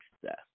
success